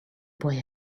boy